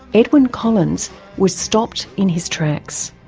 edwyn collins was stopped in his tracks.